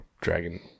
dragon